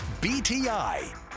BTI